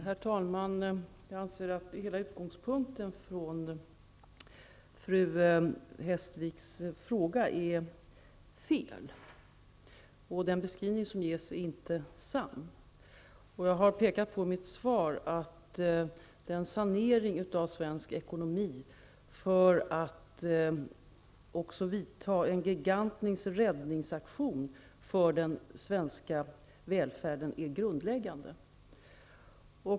Herr talman! Jag anser att fru Hestviks utgångspunkt är felaktig. Den beskrivning som ges i frågan är inte sann. Jag har i mitt svar pekat på att en sanering av den svenska ekonomin är en gigantisk räddningssaktion för den svenska välfärden. Detta är det grundläggande.